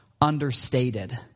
understated